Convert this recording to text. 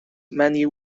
many